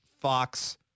Fox